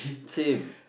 same